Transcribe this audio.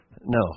No